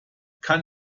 kann